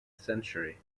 century